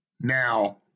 Now